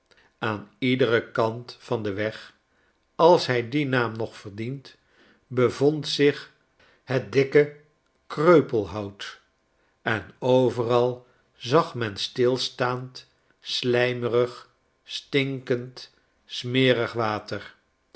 aan iederen kant van den weg als hij dien naam nog verdient bevond zich het dikke kreupelhout en overal zag men stilstaand slymerig stinkend smerig water